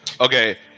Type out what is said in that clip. okay